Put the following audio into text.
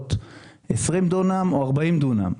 מהמנהרות 20 דונם או 40 דונם.